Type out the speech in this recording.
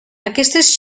aquestes